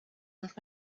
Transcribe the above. und